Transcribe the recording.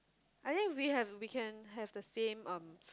I think we have we can have the same um